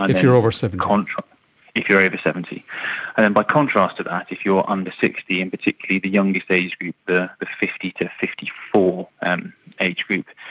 ah if you're over seventy. if you're over seventy. and then by contrast of that, if you are under sixty, and particularly the youngest age group, the fifty to fifty four and age group,